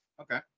okay